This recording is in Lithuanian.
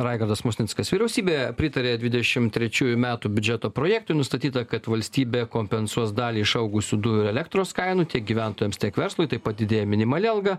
raigardas musnickas vyriausybė pritarė dvidešim trečiųjų metų biudžeto projektui nustatyta kad valstybė kompensuos dalį išaugusių dujų ir elektros kainų tiek gyventojams tiek verslui taip pat didėja minimali alga